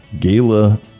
gala